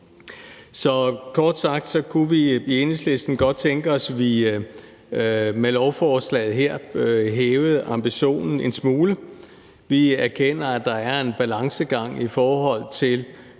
kort sagt kunne vi i Enhedslisten godt tænke os, at vi med lovforslaget her hævede ambitionen en smule. Vi erkender, at der er en balancegang i forhold til